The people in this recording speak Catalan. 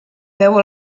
veu